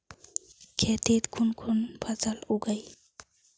खेतीत कुन कुन फसल उगेई?